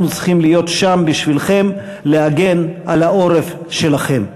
אנחנו צריכים להיות שם בשבילכם להגן על העורף שלכם.